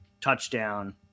touchdown